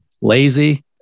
lazy